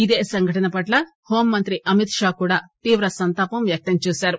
ఇదే సంఘటనపట్ల హోంమంత్రి అమిత్ షా కూడా తీవ్ర సంతాపం వ్యక్తంచేశారు